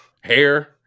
hair